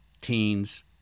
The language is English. teens